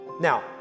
Now